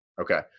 okay